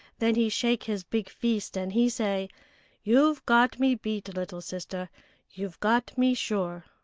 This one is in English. then he shake his big feest, and he say you've got me beat, little sister you've got me sure.